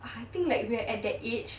I think like we're at that age